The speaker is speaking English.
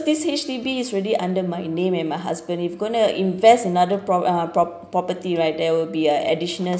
this H_D_B is already under my name and my husband if gonna invest another prop~ uh prop~ property right there will be a additional